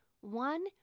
one